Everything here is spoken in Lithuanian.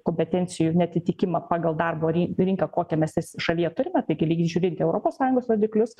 kompetencijų neatitikimą pagal darbo rinką kokią mes šalyje turimetaigi reikia žiūrėti į europos sąjungos rodiklius